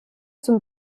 zum